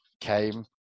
came